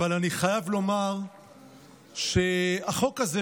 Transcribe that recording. אבל אני חייב לומר שהחוק הזה,